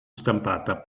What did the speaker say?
stampata